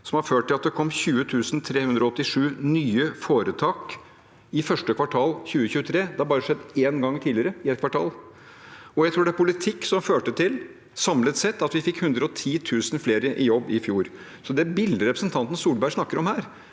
som førte til at det kom 20 387 nye foretak i første kvartal 2023, det har skjedd bare én gang tidligere på ett kvartal. Og jeg tror det var politikk som førte til at vi samlet sett fikk 110 000 flere i jobb i fjor. Så det bildet representanten Solberg snakker om her,